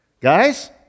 Guys